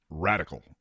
Radical